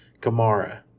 Kamara